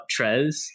Trez